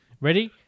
Ready